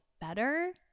better